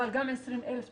אבל גם 20,000 תושבים,